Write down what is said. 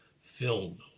film